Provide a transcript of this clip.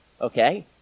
Okay